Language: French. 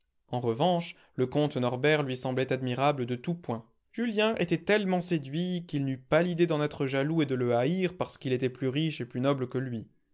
en revanche le comte norbert lui semblait admirable de tous points julien était tellement séduit qu'il n'eut pas l'idée d'en être jaloux et de le haïr parce qu'il était plus riche et plus noble que lui